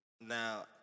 now